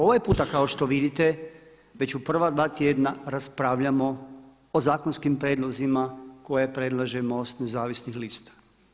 Ovaj puta kao što vidite, već u prva dva tjedna, raspravljamo o zakonskim prijedlozima koje predlaže MOST Nezavisnih lista.